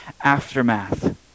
aftermath